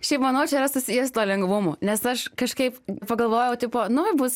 šiaip manau čia yra susiję su tuo lengvumu nes aš kažkaip pagalvojau tipo nu bus